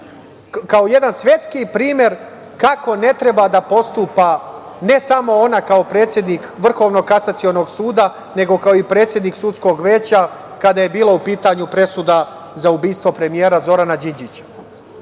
kao jedan svetski primer kako ne treba da postupa ne samo ona kao predsednik Vrhovnog kasacionog suda, nego kao i predsednik sudskog veća kada je bila u pitanju presuda za ubistvo premijera Zorana Đinđića. Ona